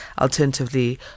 alternatively